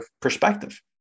perspective